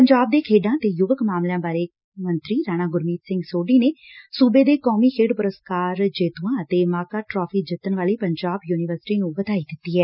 ਪੰਜਾਬ ਦੇ ਖੇਡਾਂ ਤੇ ਯੁਵਕ ਮਾਮਲਿਆਂ ਬਾਰੇ ਮੰਤਰੀ ਰਾਣਾ ਗੁਰਮੀਤ ਸਿੰਘ ਸੋਢੀ ਨੇ ਸੁਬੇ ਦੇ ਕੌਮੀ ਖੇਡ ਪੁਰਸਕਾਰ ਜੇਤੁਆਂ ਅਤੇ ਮਾਕਾ ਟਰਾਫ਼ੀ ਜਿੱਤਣ ਵਾਲੀ ਪੰਜਾਬ ਯੁਨੀਵਰਸਿਟੀ ਨੁੰ ਵਧਾਈ ਦਿੱਤੀ ਐ